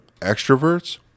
extroverts